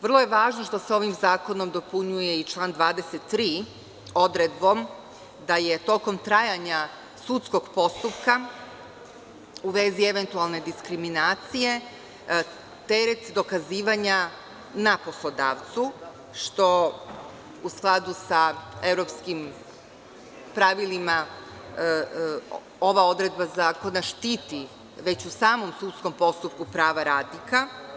Vrlo je važno što se ovim zakonom dopunjuje i član 23. odredbom da je tokom trajanja sudskog postupka u vezi eventualne diskriminacije teret dokazivanja na poslodavcu, što u skladu sa evropskim pravilima ova odredba zakona štiti već u samom sudskom postupku prava radnika.